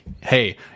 hey